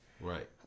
Right